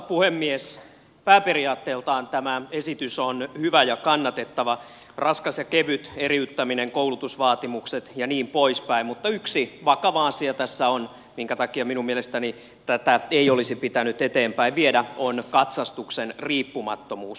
pääperiaatteiltaan tämä esitys on hyvä ja kannatettava raskaan ja kevyen eriyttäminen koulutusvaatimukset ja niin poispäin mutta yksi vakava asia tässä on minkä takia minun mielestäni tätä ei olisi pitänyt eteenpäin viedä ja se on katsastuksen riippumattomuus